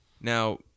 Now